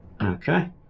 Okay